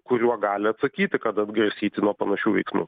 kuriuo gali atsakyti kad atgrasyti nuo panašių veiksmų